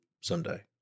someday